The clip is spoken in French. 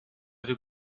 veut